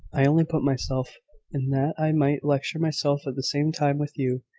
i only put myself in that i might lecture myself at the same time with you.